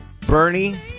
Bernie